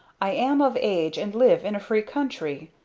i am of age and live in a free country.